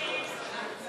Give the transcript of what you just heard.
ההצעה